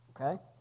Okay